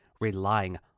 relying